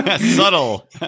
subtle